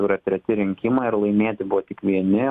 jau yra treti rinkimai ir laimėti buvo tik vieni